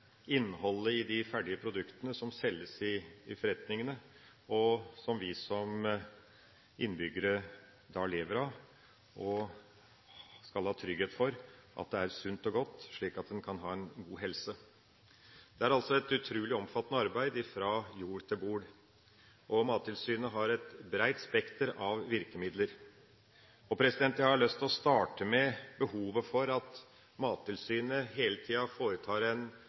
innholdet i de ferdige produktene som selges i forretningene, og som vi som innbyggere lever av og skal ha trygghet for er sunt og godt, slik at en kan ha en god helse. Det er altså et utrolig omfattende arbeid fra jord til bord, og Mattilsynet har et bredt spekter av virkemidler. Jeg har lyst til å starte med behovet for at Mattilsynet hele tida foretar en